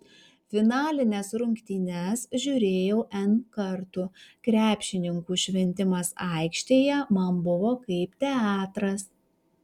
finalines rungtynes žiūrėjau n kartų krepšininkų šventimas aikštėje man buvo kaip teatras